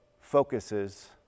focuses